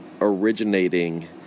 originating